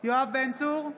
יואב בן צור,